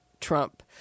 Trump